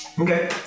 Okay